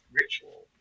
ritual